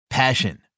Passion